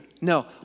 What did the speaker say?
No